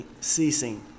ceasing